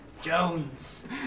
Jones